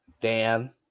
Dan